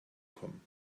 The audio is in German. kommen